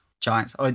Giants